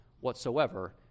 whatsoever